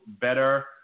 better